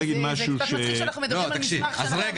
כבוד השר,